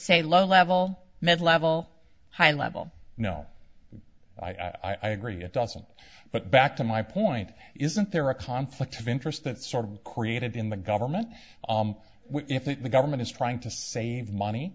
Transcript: say low level mid level high level no i agree it doesn't but back to my point isn't there a conflict of interest that sort of created in the government think the government is trying to save money